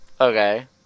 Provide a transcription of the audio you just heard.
Okay